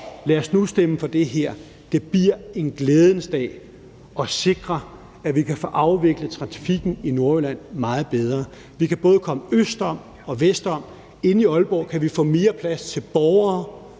Lad os nu stemme for det her. Det bliver en glædens dag at sikre, at vi kan få afviklet trafikken i Nordjylland meget bedre. Vi kan både komme øst og vest om. Inde i Aalborg kan vi få mere plads til borgere,